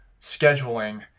scheduling